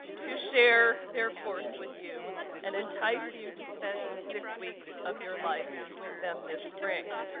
to share their course with you and entice you to spend six weeks of your life with them this spring.